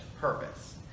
purpose